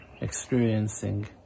experiencing